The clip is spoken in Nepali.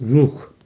रुख